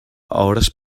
hores